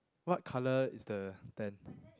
what colour is the tent